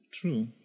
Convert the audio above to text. True